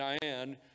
Diane